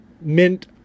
mint